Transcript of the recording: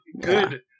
good